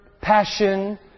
passion